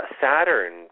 Saturn